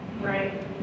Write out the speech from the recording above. Right